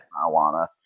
Marijuana